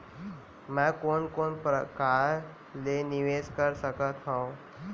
मैं कोन कोन प्रकार ले निवेश कर सकत हओं?